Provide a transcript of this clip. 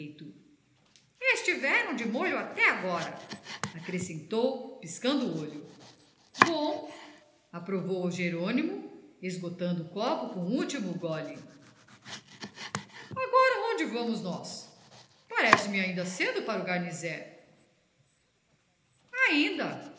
estiveram de molho até agora acrescentou piscando o olho bom aprovou jerônimo esgotando o copo com um último gole agora onde vamos nós parece-me ainda cedo para o garnisé ainda